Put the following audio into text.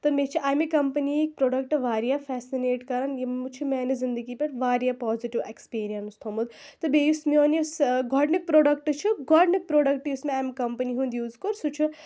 تہٕ مےٚ چھِ اَمہِ کَمپٔنی ہٕکۍ پرٛوڈکٹہٕ واریاہ فیسِنیٹ کَران یِم چھِ میٛانہِ زنٛدگی پٮ۪ٹھ واریاہ پازِٹیوٗ ایکٕسپیٖرنَس تھوٚومُت تہٕ بیٚیہِ یُس میٛون یُس گۄڈٕنیُک پرٛوڈکٹہٕ چھُ گۄڈٕنیُک پرٛوڈکٹہٕ یُس مےٚ اَمہِ کَمپٔنی ہُنٛد یوٗز کوٚر سُہ چھُ